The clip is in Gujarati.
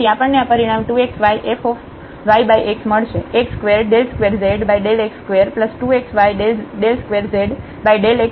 તેથી આપણને આ પરિણામ 2xy fyxમળશે